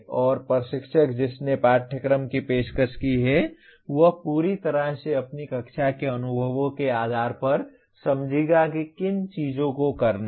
और प्रशिक्षक जिसने पाठ्यक्रम की पेशकश की है वह पूरी तरह से अपनी कक्षा के अनुभवों के आधार पर समझेगा कि किन चीजों को करना है